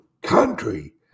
country